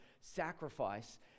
sacrifice